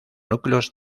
núcleos